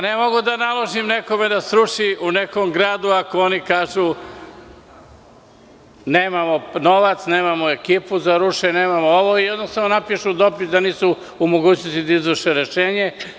Ne mogu da naložim nekome da sruši u nekom gradu, ako oni kažu – nemamo novac, nemamo ekipu za rušenje, ili jednostavno napišu dopis da nisu u mogućnosti da izvrše rešenje.